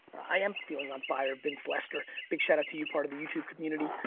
i am feeling on fire vince lester, big shout out to you. part of the youtube community.